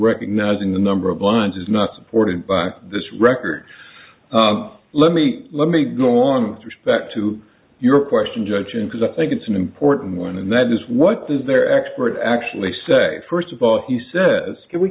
recognizing the number of lines is not supported by this record let me let me go on with respect to your question judging because i think it's an important one and that is what does their expert actually say first of all he says can we